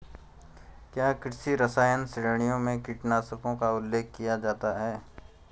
क्या कृषि रसायन श्रेणियों में कीटनाशकों का उल्लेख किया जाता है?